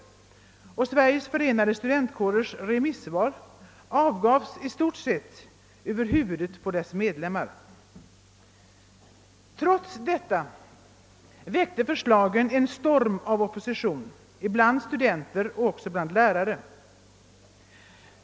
Sveriges förenade studentkårers remissvar avgavs också i stort sett över huvudet på medlemmarna. Trots detta väckte förslagen en storm av opposition bland studenter och lärare.